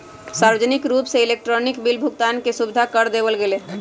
सार्वजनिक रूप से इलेक्ट्रॉनिक बिल भुगतान के सुविधा कर देवल गैले है